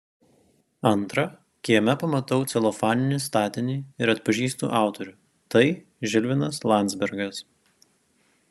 antra kieme pamatau celofaninį statinį ir atpažįstu autorių tai žilvinas landzbergas